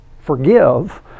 forgive